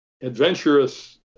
adventurous